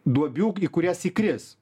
duobių į kurias įkris